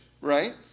right